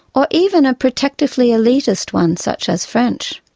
or even a protectively elitist one such as french.